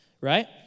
Right